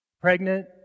Pregnant